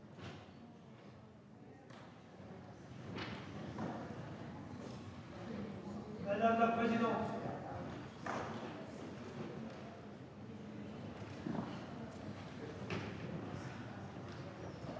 madame la présidente,